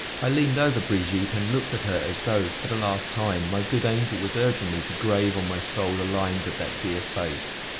i leaned over brigitte and looked at her as though, for the last time, my good angel was urging me to grave on my soul the lines of that dear face!